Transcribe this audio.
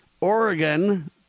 Oregon